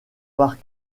part